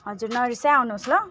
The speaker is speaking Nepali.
हजुर नरिसाइ आउनुहोस् ल